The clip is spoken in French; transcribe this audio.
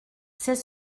c’est